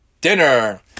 Dinner